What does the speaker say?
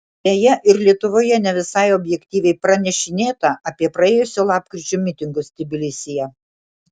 deja ir lietuvoje ne visai objektyviai pranešinėta apie praėjusio lapkričio mitingus tbilisyje